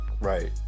Right